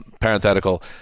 parenthetical